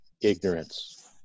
ignorance